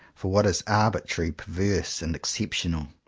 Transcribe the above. for what is arbitrary, perverse, and exceptional,